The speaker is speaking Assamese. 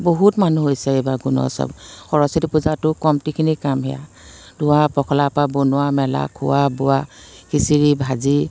বহুত মানুহ হৈছে এইবাৰ গুণোৎসৱ সৰস্বতী পূজাতো কমতিখিনি কাম সেয়া ধোৱা পখলাৰ পৰা বনোৱা মেলা খোৱা বোৱা খিচিৰি ভাজি